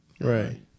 Right